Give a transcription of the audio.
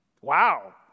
Wow